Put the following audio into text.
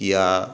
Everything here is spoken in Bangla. ইয়া